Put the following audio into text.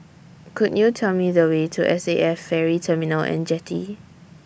Could YOU Tell Me The Way to S A F Ferry Terminal and Jetty